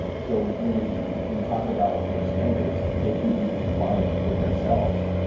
so when you when you talk about standards, they can be compliant with themselves,